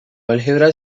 álgebra